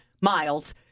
Miles